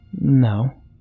No